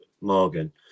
Morgan